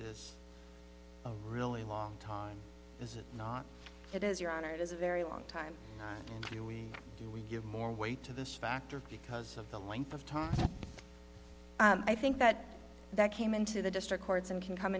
is a really long time this is not it is your honor it is a very long time do we do we give more weight to this factor because of the length of time i think that that came into the district courts and can come